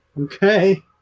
Okay